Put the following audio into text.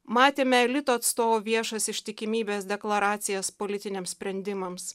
matėme elito atstovų viešas ištikimybės deklaracijas politiniams sprendimams